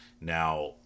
Now